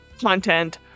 content